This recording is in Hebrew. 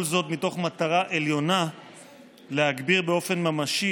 כל זאת מתוך מטרה עליונה להגביר באופן ממשי